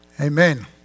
Amen